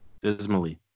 Dismally